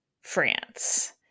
France